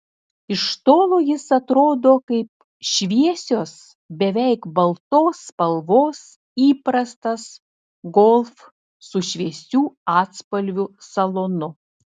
iš tolo jis atrodo kaip šviesios beveik baltos spalvos įprastas golf su šviesių atspalvių salonu